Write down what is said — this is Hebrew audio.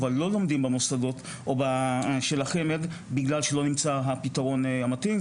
אבל הם לא לומדים במוסדות של החמ"ד בגלל שלא נמצא הפתרון המתאים,